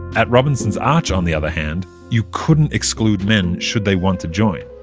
at robinson's arch, on the other hand, you couldn't exclude men, should they want to join,